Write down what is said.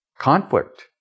conflict